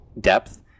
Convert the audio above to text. depth